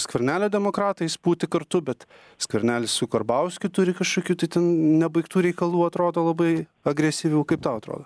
skvernelio demokratais būti kartu bet skvernelis su karbauskiu turi kažkokių tai ten nebaigtų reikalų atrodo labai agresyvių kaip tau atrodo